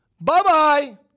Bye-bye